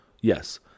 Yes